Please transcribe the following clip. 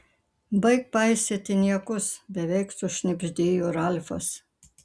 baik paistyti niekus beveik sušnibždėjo ralfas